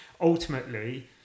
Ultimately